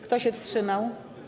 Kto się wstrzymał?